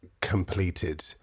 completed